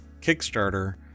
Kickstarter